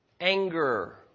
anger